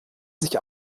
sich